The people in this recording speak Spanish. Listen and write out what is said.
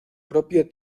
propio